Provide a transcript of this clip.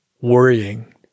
worrying